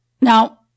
Now